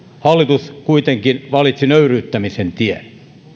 hallitus kuitenkin valitsi nöyryyttämisen tien